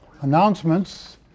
announcements